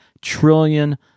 trillion